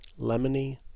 lemony